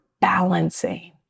balancing